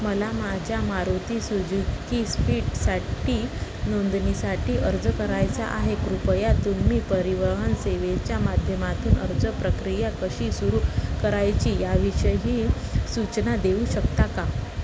मला माझ्या मारुती सुजुकी स्वीटसाठी नोंदणीसाठी अर्ज करायचा आहे कृपया तुम्ही परिवहन सेवेच्या माध्यमातून अर्ज प्रक्रिया कशी सुरू करायची याविषयी सूचना देऊ शकता का